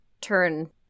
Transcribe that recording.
turn